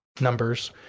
numbers